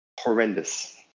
horrendous